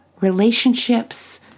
relationships